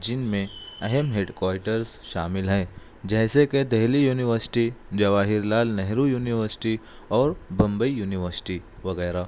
جن میں اہم ہیڈ کوارٹرس شامل ہیں جیسے کہ دہلی یونیورسٹی جواہر لعل نہرو یونیورسٹی اور بمبئی یونیورسٹی وغیرہ